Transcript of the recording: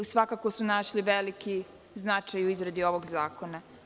Svakako su našli veliki značaj u izradi ovog zakona.